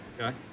Okay